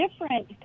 different